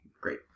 Great